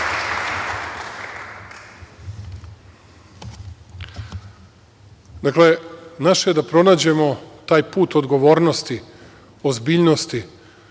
Srbiji. Dakle, naše je da pronađemo taj put odgovornosti, ozbiljnosti